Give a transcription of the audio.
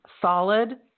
solid